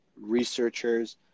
researchers